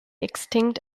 extinct